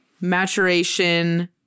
maturation